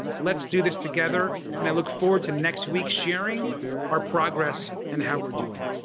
let's do this together and i look forward to next week sharing our progress and how we're doing.